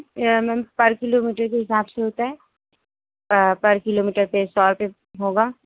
میم per kilometre کے حساب سے ہوتا ہے پر کلو میٹر پہ سو روپئے ہوگا